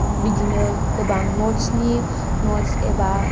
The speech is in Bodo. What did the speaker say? बिदिनो गोबां नटसनि नटस एबा